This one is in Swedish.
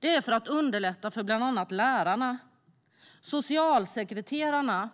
Det är för att underlätta för bland andra lärarna, socialsekreterarna,